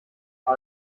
war